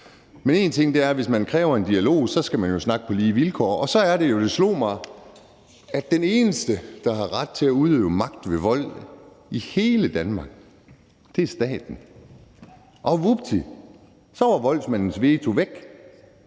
Men en ting er, at hvis man kræver en dialog, skal man jo snakke på lige vilkår, og så er det jo, det slog mig, at den eneste, der har ret til at udøve magt ved vold i hele Danmark, er staten. Og vupti, så var voldsmandens veto væk,